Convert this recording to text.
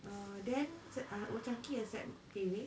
uh then ac~ ah old chang kee accept paywave